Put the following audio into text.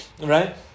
right